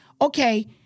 Okay